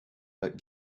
but